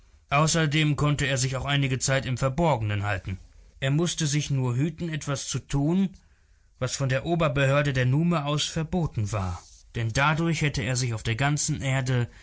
außerdem konnte er sich auch einige zeit im verborgenen halten er mußte sich nur hüten etwas zu tun was von der oberbehörde der nume aus verboten war denn dadurch hätte er sich auf der ganzen erde